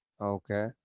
Okay